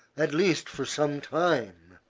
at least for some time.